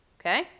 Okay